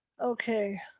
Okay